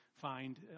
find